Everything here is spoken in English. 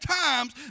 times